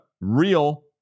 real